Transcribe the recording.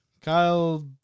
kyle